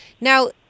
Now